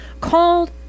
Called